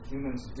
Humans